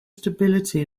stability